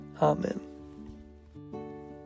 Amen